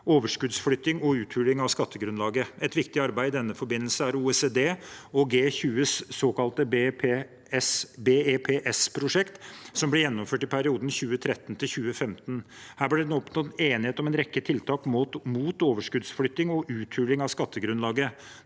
overskuddsflytting og uthuling av skattegrunnlaget. Et viktig arbeid i denne forbindelse er OECD og G20s såkalte BEPS-prosjekt, som ble gjennomført i perioden 2013 til 2015. Her ble det oppnådd enighet om en rekke tiltak mot overskuddsflytting og uthuling av skattegrunnlaget.